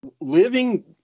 living